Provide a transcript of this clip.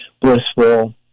blissful